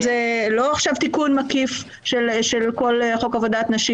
זה לא כתיקון מקיף של כל חוק עבודת נשים.